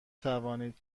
توانید